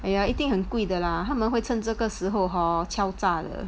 !aiya! 一定很贵的啦他们会趁这个时候 hor 敲诈了